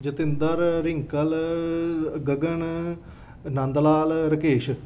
Jatinder Rinkal Gagan Nand Lal Rakesh